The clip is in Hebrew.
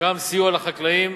שעיקרם סיוע לחקלאים.